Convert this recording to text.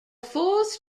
fourth